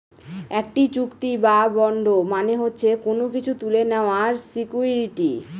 একটি চুক্তি বা বন্ড মানে হচ্ছে কোনো কিছু তুলে নেওয়ার সিকুইরিটি